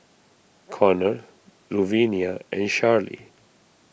Connor Luvinia and Charlie